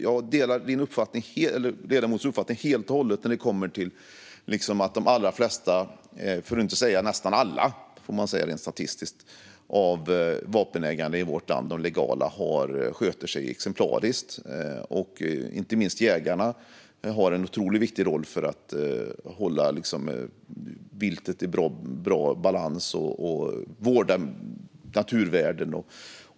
Jag delar helt och hållet ledamotens uppfattning när det kommer till att de allra flesta - för att inte säga nästan alla om man ser det rent statistiskt - av de legala vapenägarna sköter sig exemplariskt. Inte minst jägarna har en otroligt viktig roll för att hålla viltet i bra balans och att vårda naturvärden.